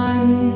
One